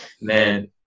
Man